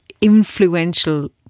influential